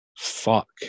fuck